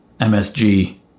MSG